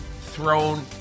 thrown